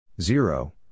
zero